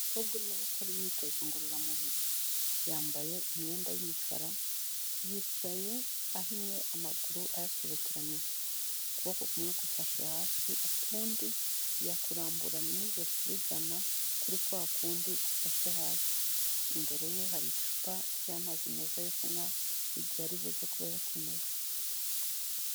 Umukobwa urimo gukora imyitozo ngororamubiri, yambaye imyenda y'imikara, yicaye ahinnye amaguru ayasobekeranyije, ukuboko kumwe gufashe hasi ukundi yakuramburanye n'ijosi bigana kuri kwakundi gufashe hasi, imbere ye hari icupa ry'amazi meza yo kunywa igihe aribuze kuba ayakeneye.